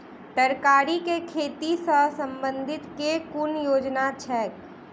तरकारी केँ खेती सऽ संबंधित केँ कुन योजना छैक?